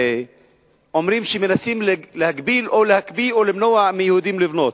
אומרים שמנסים להגביל או להקפיא או למנוע מיהודים לבנות.